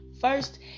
First